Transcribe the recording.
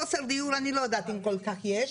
חוסר דיור אני לא יודעת אם כל כך יש,